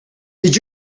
did